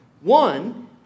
One